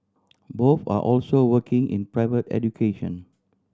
both are also working in private education